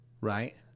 Right